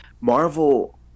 marvel